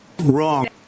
Wrong